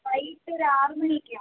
വൈകിട്ടൊരു ആറ് മണി ഒക്കെ ആവും